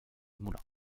moulins